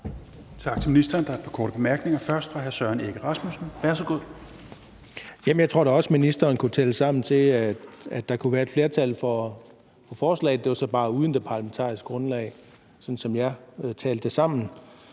til ministeren. Der er et par korte bemærkninger. Det er først fra hr. Søren Egge Rasmussen. Værsgo. Kl. 18:42 Søren Egge Rasmussen (EL): Jeg tror da også, at ministeren kunne tælle sammen til, at der kunne være et flertal for forslaget. Det var så bare uden det parlamentariske grundlag, sådan som jeg talte det sammen,